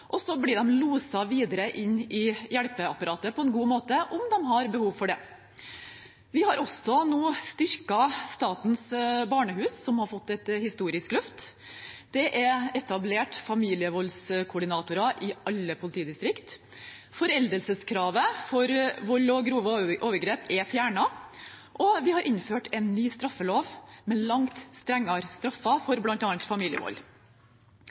og så blir de loset videre inn i hjelpeapparatet på en god måte om de har behov for det. Vi har også nå styrket Statens barnehus, som har fått et historisk løft. Det er etablert familievoldskoordinatorer i alle politidistrikter. Foreldelseskravet for vold og grove overgrep er fjernet, og vi har innført en ny straffelov med langt strengere straffer for bl.a. familievold.